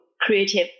creative